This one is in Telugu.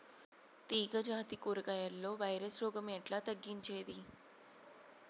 తీగ జాతి కూరగాయల్లో వైరస్ రోగం ఎట్లా తగ్గించేది?